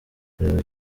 kureba